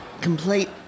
Complete